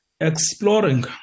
exploring